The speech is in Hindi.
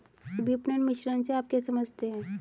विपणन मिश्रण से आप क्या समझते हैं?